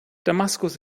damaskus